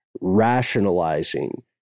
rationalizing